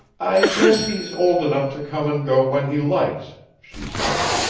i guess he's old enough to come and go when he likes, she said.